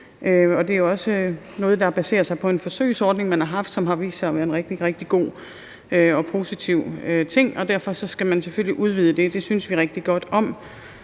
Det er også noget, der baserer sig på en forsøgsordning, man har haft, og som har vist sig at være en rigtig, rigtig god og positiv ting, og derfor skal man selvfølgelig udvide det. Det synes vi rigtig godt om.